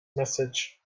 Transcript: message